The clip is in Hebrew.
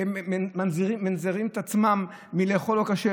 הם מנזרים את עצמם מלאכול לא כשר.